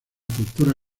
cultura